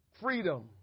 Freedom